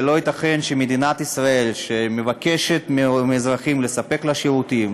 ולא ייתכן שמדינת ישראל מבקשת מאזרחים לספק לה שירותים,